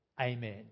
Amen